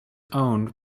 owned